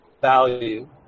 value